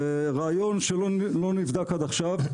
רעיון שלא נבדק עד עכשיו,